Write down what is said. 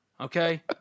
okay